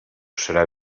serà